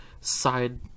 side